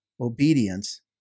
obedience